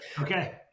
Okay